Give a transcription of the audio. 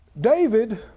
David